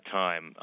time